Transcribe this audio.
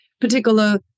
particular